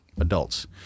adults